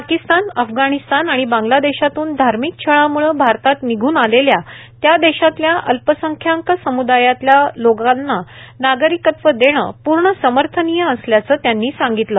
पाकिस्तान अफगाणिस्तान आणि बांगला देशातून धार्मिक छळामुळे भारतात निघून आलेल्या त्या देशातल्या अल्पसंख्याक समूदायातल्या लोकांना नागरिकत्व देणं पूर्ण समर्थनीय असल्याचं त्यांनी सांगितलं